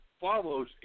follows